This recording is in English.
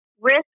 risk